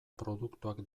produktuak